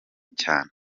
cyane